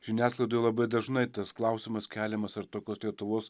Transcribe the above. žiniasklaidoj labai dažnai tas klausimas keliamas ar tokios lietuvos